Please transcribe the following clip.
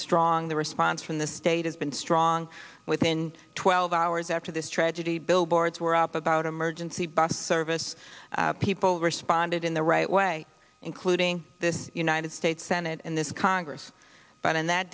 strong the response from the state has been strong within twelve hours after this tragedy billboards were up about emergency bus service people responded in the right way including this united states senate and this congress but on that